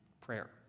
prayer